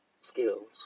skills